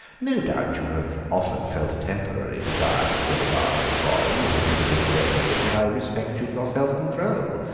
no doubt you have often felt a temporary desire to kill a gardener's boy you have never given way to it, and i respect you for your self-control.